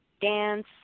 dance